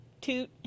toot